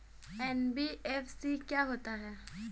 NBFC क्या होता है?